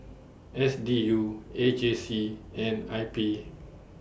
S D U A J C and I P